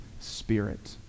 spirit